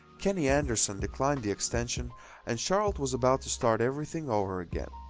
kenny anderson declined the extension and charlotte was about to start everything over again.